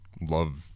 love